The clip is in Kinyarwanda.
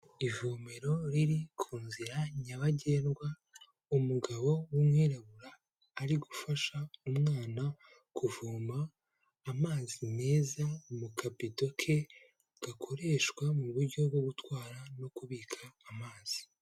Ivomero riri ku nzira nyabagendwa, umugabo w'umwirabura ari gufasha umwana kuvoma amazi meza mu kabido ke, gakoreshwa mu buryo bwo gutwara no kubika amazi.